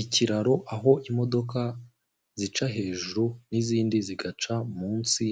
Ikiraro aho imodoka zica hejuru n'izindi zigaca munsi